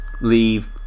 leave